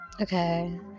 Okay